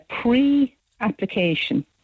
pre-application